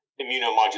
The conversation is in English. immunomodulation